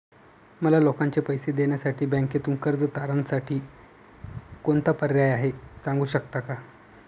मला लोकांचे पैसे देण्यासाठी बँकेतून कर्ज तारणसाठी कोणता पर्याय आहे? सांगू शकता का?